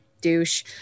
douche